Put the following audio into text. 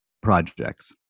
projects